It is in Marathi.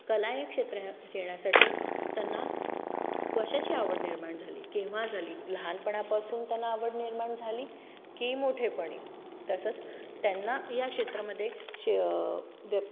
कला हे क्षेत्र ह्या येण्यासाठी त्यांना कशाची आवड निर्माण झाली केव्हा झाली लहानपणापासून त्यांना आवड निर्माण झाली की मोठेपणी तसंच त्यांना या क्षेत्रामध्ये शे व्य